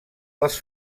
les